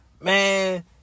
man